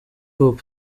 hop